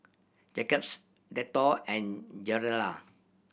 Jacob's Dettol and Gilera